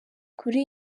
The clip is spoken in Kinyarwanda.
kuri